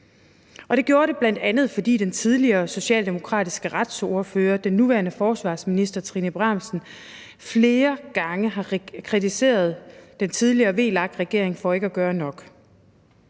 det burde det bl.a., fordi den tidligere socialdemokratiske retsordfører, den nuværende forsvarsminister, Trine Bramsen, flere gange har kritiseret den tidligere VLAK-regering for ikke at gøre nok.